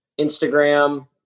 Instagram